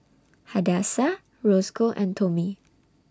Hadassah Roscoe and Tomie